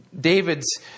David's